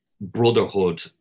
brotherhood